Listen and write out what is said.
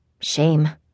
Shame